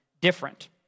different